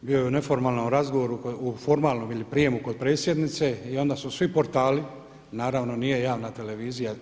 Bio je u neformalnom razgovoru, u formalnom ili prijemu kod predsjednice i onda su svi portali, naravno nije javna televizija.